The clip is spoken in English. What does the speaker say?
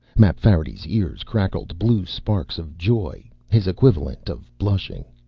mapfarity's ears crackled blue sparks of joy, his equivalent of blushing.